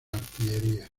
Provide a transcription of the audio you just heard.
artillería